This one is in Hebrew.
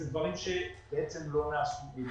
אלה דברים שבעצם לא נעשו.